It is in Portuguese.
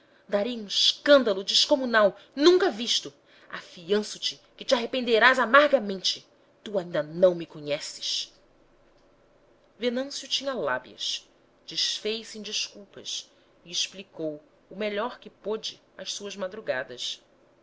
darei um escândalo descomunal nunca visto afianço te que te arrependerás amargamente tu ainda não me conheces venâncio tinha lábias desfez-se em desculpas e explicou o melhor que pôde as suas madrugadas